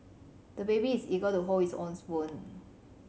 the baby is eager to hold his own spoon